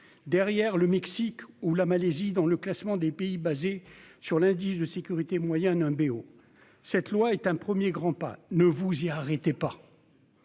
derrière le Mexique ou la Malaisie dans le classement des pays basé sur l'indice de sécurité moyenne un BO cette loi est un 1er grand pas, ne vous arrêtait pas,